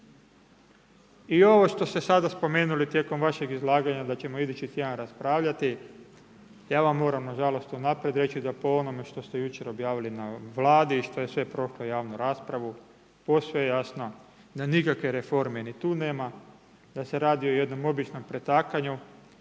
I ovo što ste sada spomenuli tijekom vašeg izlaganja da ćemo idući tjedan raspravljati, ja vam moram nažalost unaprijed reći da po onome što ste jučer objavili na Vladi i što je sve prošlo javnu raspravu, posve je jasno da nikakve reforme ni tu nema, da se radi o jednom običnom pretakanju